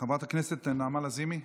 חברת הכנסת נעמה לזימי.